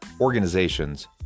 organizations